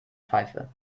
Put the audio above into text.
pfeife